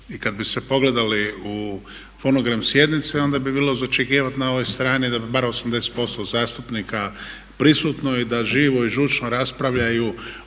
I kad bi se pogledali u fonogram sjednice onda bi bilo za očekivati na ovoj strani da bi bar 80% zastupnika prisutno i da živo i žučno raspravljaju o tome